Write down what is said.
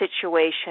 situation